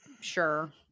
sure